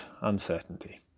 uncertainty